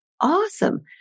awesome